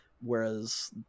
whereas